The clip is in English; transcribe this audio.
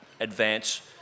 advance